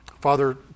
Father